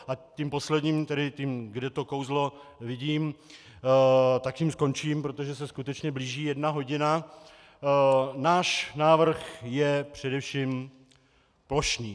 A tím posledním, tedy tím, kde to kouzlo vidím a tím skončím, protože se skutečně blíží jedna hodina náš návrh je především plošný.